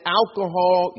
alcohol